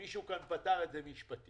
מישהו פתר את זה משפטית.